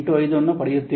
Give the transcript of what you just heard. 85 ಅನ್ನು ಪಡೆಯುತ್ತೀರಿ